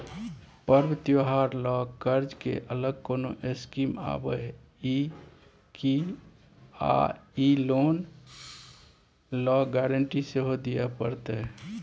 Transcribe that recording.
पर्व त्योहार ल कर्ज के अलग कोनो स्कीम आबै इ की आ इ लोन ल गारंटी सेहो दिए परतै?